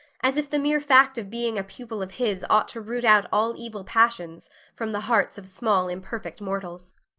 as if the mere fact of being a pupil of his ought to root out all evil passions from the hearts of small imperfect mortals.